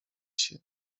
się